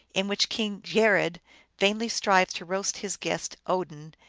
in which king geirrod vainly strives to roast his guest, odin,